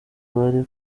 bari